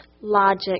logic